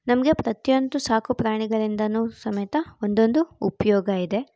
ನಮಗೆ ಪ್ರತಿಯೊಂದು ಸಾಕು ಪ್ರಾಣಿಗಳಿಂದಲೂ ಸಮೇತ ಒಂದೊಂದು ಉಪಯೋಗ ಇದೆ